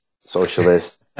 socialist